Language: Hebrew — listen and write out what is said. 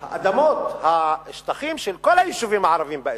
לך, האדמות, השטחים של כל היישובים הערביים באזור,